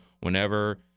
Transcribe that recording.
whenever